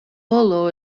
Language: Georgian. ბოლო